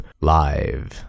live